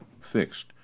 fixed